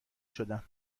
شدم